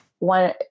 One